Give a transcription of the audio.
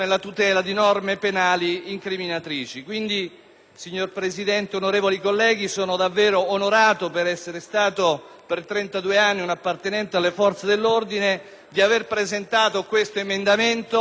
Signora Presidente, onorevoli colleghi, sono davvero onorato, essendo stato per 32 anni un appartenente alle forze dell'ordine, di aver presentato questo emendamento, che spero entrerà a fare parte